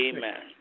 Amen